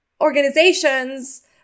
organizations